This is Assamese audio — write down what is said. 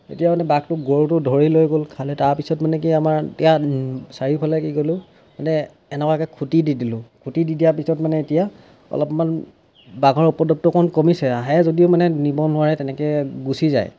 তেতিয়া মানে বাঘটোক গৰুটো ধৰি লৈ গ'ল খালে তাৰপিছত মানে কি আমাৰ এতিয়া চাৰিওফালে কি কৰিলোঁ মানে এনেকুৱাকৈ খুঁটি দি দিলোঁ খুঁটি দি দিয়া পিছত মানে এতিয়া অলপমান বাঘৰ উপদ্ৰৱটো অকণমান কমিছে আহে যদিও মানে নিব নোৱাৰে তেনেকৈ গুচি যায়